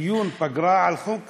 דיון פגרה על חוק קמיניץ.